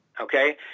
okay